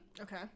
Okay